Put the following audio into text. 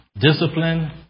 Discipline